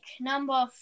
number